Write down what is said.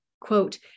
quote